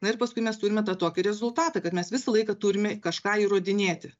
na ir paskui mes turime tą tokį rezultatą kad mes visą laiką turime kažką įrodinėti